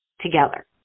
together